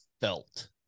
felt